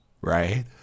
right